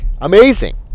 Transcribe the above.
Amazing